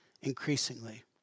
increasingly